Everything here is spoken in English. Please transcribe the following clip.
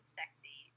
sexy